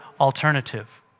alternative